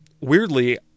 weirdly